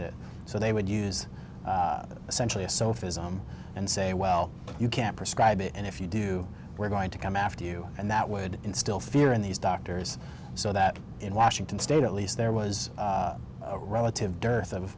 it so they would use essentially a sofa and say well you can't prescribe it and if you do we're going to come after you and that would instill fear in these doctors so that in washington state at least there was a relative dearth of